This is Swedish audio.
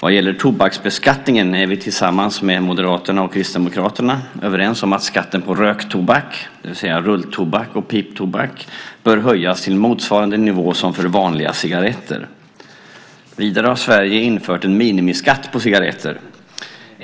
Vad gäller tobaksbeskattningen är vi tillsammans med Moderaterna och Kristdemokraterna överens om att skatten på röktobak, det vill säga rulltobak och piptobak, bör höjas till motsvarande nivå som för vanliga cigaretter. Vidare har Sverige infört en minimiskatt på cigaretter.